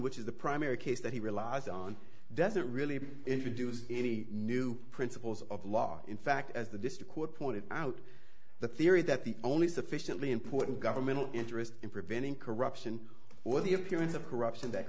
which is the primary case that he relies on doesn't really introduce any new principles of law in fact as the district court pointed out the theory that the only sufficiently important governmental interest in preventing corruption or the appearance of corruption that